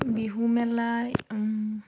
বিহু মেলাই